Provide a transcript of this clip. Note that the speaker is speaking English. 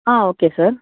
okay sir